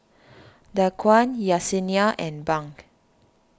Daquan Yessenia and Bunk